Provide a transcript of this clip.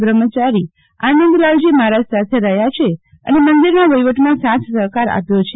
બ્રહ્મચારી આનંદલાલજી મફારાજ સાથે રહ્યા છે અને મંદિરના વફીવટમાં સાથ સફકાર આપ્યો છે